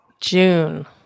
June